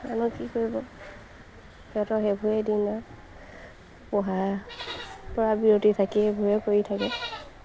আৰুনো কি কৰিব সিহঁতৰ সেইবোৰেই দিন আৰু পঢ়াৰ পৰা বিৰতি থাকি সেইবোৰেই কৰি থাকে